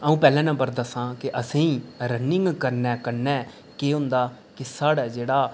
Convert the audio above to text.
अ'ऊं पैहले नंबर दस्सां के असेंगी रनिंग करने कन्नै केह् होंदा कि साढ़ा जेह्ड़ा